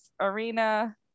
arena